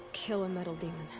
kill a metal demon.